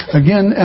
again